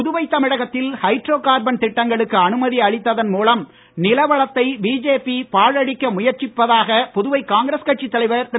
புதுவை தமிழகத்தில் hydrocarbon திட்டங்களுக்கு அனுமதி அளித்ததன் மூலம் நில வளத்தை பிஜேபி பாழடிக்க முயற்சிப்பதாக புதுவை காங்கிரஸ் கட்சி தலைவர் திரு